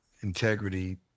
Integrity